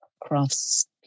crafts